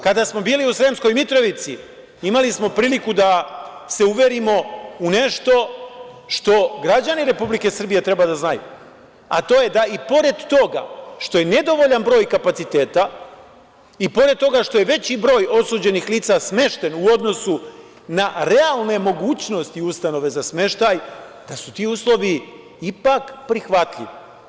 Kada smo bili u Sremskoj Mitrovici, imali smo priliku da se uverimo u nešto što građani Republike Srbije treba da znaju, a to je da i pored toga što je nedovoljan broj kapaciteta i pored toga što je veći broj osuđenih lica smešten u odnosu na realne mogućnosti ustanove za smeštaj, da su ti uslovi ipak prihvatljivi.